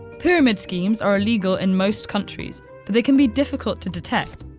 pyramid schemes are illegal in most countries, but they can be difficult to detect.